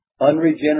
unregenerate